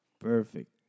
Perfect